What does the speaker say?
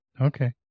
Okay